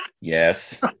yes